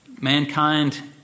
mankind